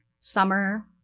Summer